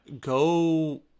go